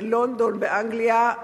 בלונדון באנגליה,